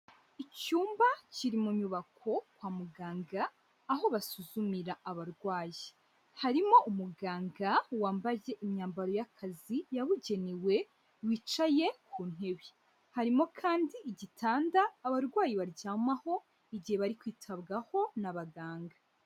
Icyumba kiri mu nyubako kwa muganga aho basuzumira abarwayi, harimo umuganga wambaye imyambaro y'akazi yabugenewe wicaye ku ntebe, harimo kandi igitanda abarwayi baryamaho igihe bari kwitabwaho n'abaganga.